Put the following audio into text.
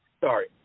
Sorry